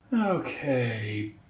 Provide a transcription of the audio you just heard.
Okay